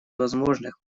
возможных